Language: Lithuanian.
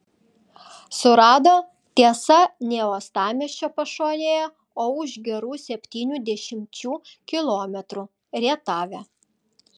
surado tiesa ne uostamiesčio pašonėje o už gerų septynių dešimčių kilometrų rietave